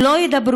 הם לא ידברו,